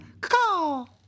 call